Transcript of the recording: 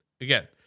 Again